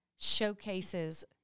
showcases